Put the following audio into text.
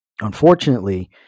unfortunately